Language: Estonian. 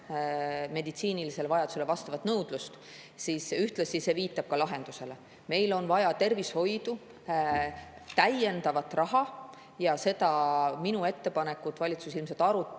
meditsiinilisele vajadusele vastavat nõudlust. See ühtlasi viitab ka lahendusele. Meil on vaja tervishoidu täiendavat raha ja seda minu ettepanekut valitsus ilmselt arutab